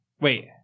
Wait